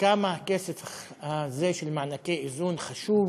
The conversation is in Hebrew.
כמה הכסף הזה של מענקי איזון חשוב